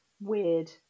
weird